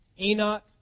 Enoch